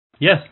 Yes